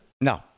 no